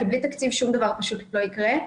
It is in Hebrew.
כי בלי תקציב שום דבר פשוט לא יקרה.